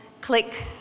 Click